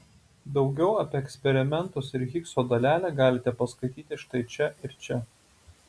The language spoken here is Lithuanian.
daugiau apie eksperimentus ir higso dalelę galite paskaityti štai čia ir čia